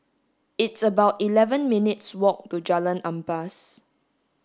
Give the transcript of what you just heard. it's about eleven minutes' walk to Jalan Ampas